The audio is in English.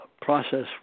process